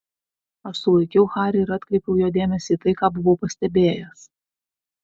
aš sulaikiau harį ir atkreipiau jo dėmesį į tai ką buvau pastebėjęs